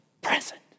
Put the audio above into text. present